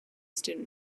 student